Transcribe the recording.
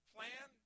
Plan